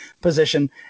position